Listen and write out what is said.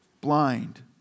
blind